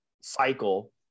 cycle